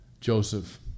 Joseph